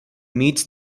meets